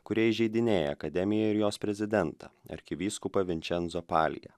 kurie įžeidinėja akademiją ir jos prezidentą arkivyskupą vinčenzo paliją